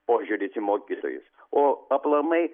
požiūris į mokytojus o aplamai